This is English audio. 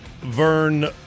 Vern